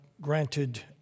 granted